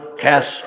cast